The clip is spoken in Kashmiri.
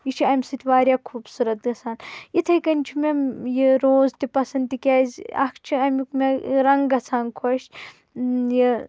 یہِ چھِ امہِ سۭتۍ واریاہ خوٗبصوٗرت گژھان یِتھے کَنۍ چھُ مےٚ یہِ روز تہِ پسنٛد تِکیٛازِ اَکھ چھِ امیُک مےٚ رَنٛگ گژھان خۄش یہِ